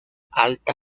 alta